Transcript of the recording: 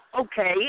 Okay